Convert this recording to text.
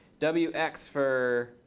w. x for